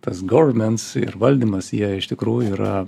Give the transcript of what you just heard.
tas goverments ir valdymas jie iš tikrųjų yra